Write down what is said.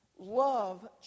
Love